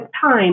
time